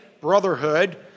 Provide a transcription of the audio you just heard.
brotherhood